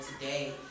today